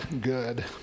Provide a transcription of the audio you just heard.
good